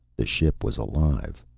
the ship was alive.